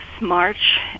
march